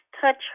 Touch